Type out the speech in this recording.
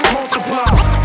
Multiply